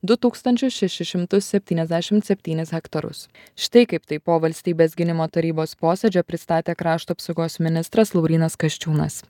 du tūkstančius šešis šimtus septyniasdešimt septynis hektarus štai kaip tai po valstybės gynimo tarybos posėdžio pristatė krašto apsaugos ministras laurynas kasčiūnas